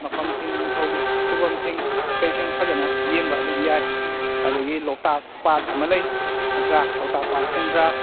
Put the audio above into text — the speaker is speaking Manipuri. ꯃꯐꯝꯁꯤꯡ ꯅꯤꯡꯊꯧꯒꯤ ꯈꯨꯕꯝꯁꯤꯡ ꯀꯩꯁꯤꯡ ꯐꯖꯟꯅ ꯌꯦꯡꯕ ꯑꯗꯨꯝ ꯌꯥꯏ ꯑꯗꯒꯤ ꯂꯣꯛꯇꯥꯛ ꯄꯥꯠ ꯑꯃ ꯂꯩ ꯅꯠꯇ꯭ꯔꯥ ꯂꯣꯛꯇꯥꯛ ꯄꯥꯠ ꯁꯦꯟꯗ꯭ꯔꯥ